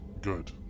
Good